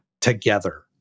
together